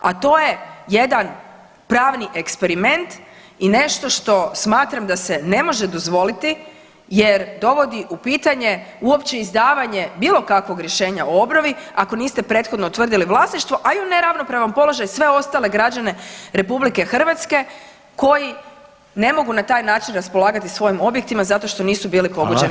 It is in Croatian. A to je jedan pravni eksperiment i nešto što smatram da se ne može dozvoliti jer dovodi u pitanje uopće izdavanje bilo kakvog rješenja o obnovi, ako niste prethodno utvrdili vlasništvo, a i u neravnopravnom položaju sve ostale građane RH koji ne mogu na taj način raspolagati svojim objektima zato što nisu bili pogođeni